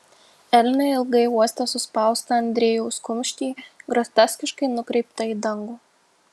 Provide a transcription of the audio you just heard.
elnė ilgai uostė suspaustą andriejaus kumštį groteskiškai nukreiptą į dangų